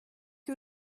que